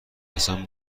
حسن